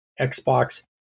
Xbox